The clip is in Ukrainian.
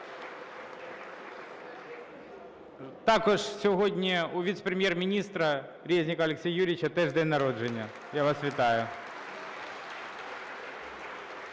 Також у віце-прем'єр-міністра Резнікова Олексія Юрійовича теж день народження. Я вас вітаю!